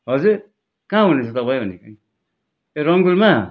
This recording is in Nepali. हजुर का हुनुहुन्छ तपाईँ भनेको नि ए रङ्गबुलमा